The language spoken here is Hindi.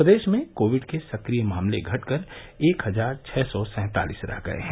प्रदेश में कोविड के सक्रिय मामले घटकर एक हजार छः सौ सैंतालीस रह गये है